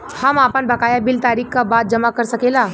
हम आपन बकाया बिल तारीख क बाद जमा कर सकेला?